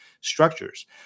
structures